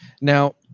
Now